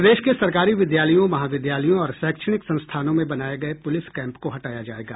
प्रदेश के सरकारी विद्यालयों महाविद्यालयों और शैक्षणिक संस्थानों में बनाये गये पुलिस कैम्प को हटाया जायेगा